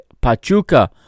Pachuca